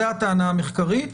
זו הטענה המחקרית.